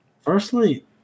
Firstly